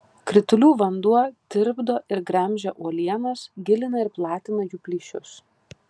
kritulių vanduo tirpdo ir gremžia uolienas gilina ir platina jų plyšius